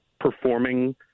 performing